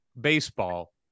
baseball